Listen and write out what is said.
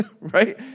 right